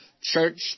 church